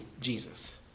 Jesus